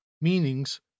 meanings